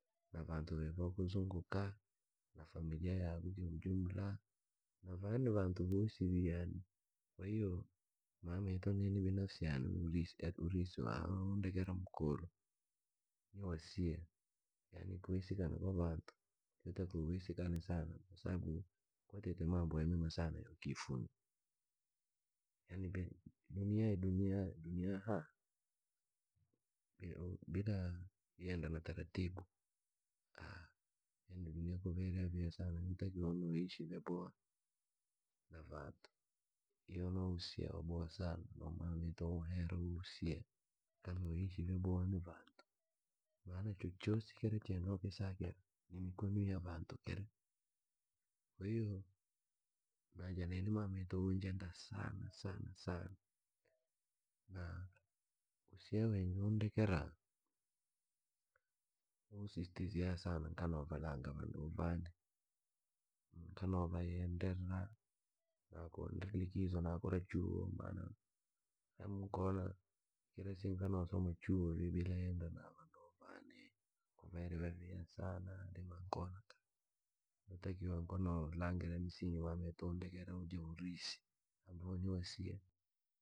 Na vantu ve vokuzunguka, na familia yako kiujumla, yaani vantu voosi vii yaani. Kwahiyo mamito nini binafsi yane urithi mwe undekera mkulu, ni wosia yani kwisikana kwa vantu, yatakiwa wisikane sana kwatite mambo yamema sana yokifunza, yani dunia ya bila tuba taratibu yani dunia kuva iri yaviha sana yotakiwa unoishi vyaboha na vantu uo no usia waboha sana no mameto unhera usia kanoishi vyaboha na vantu maana chochosi kira che nokisakira ni mikonwi ya vantu chiri kwahiyo na ja nini mamito unjenda sana usia usia mwe undekera ansistizia sana nkanovalanga vanduu vane, nkanovayenderra, na ko ndri likizo da kura chuo maana nkona kira siko nkanosoma chuo vii bila yenderra na vanduu vane, nkona kuvairi vyaviha sana yotakiwa nko no langirnya ira misingi mameto undekera ambayo ni ja urithi.